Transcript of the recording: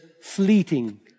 fleeting